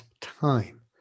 time